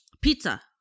pizza